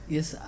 Yes